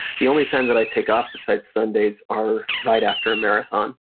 the only time that i take off besides sundays are right after a marathon.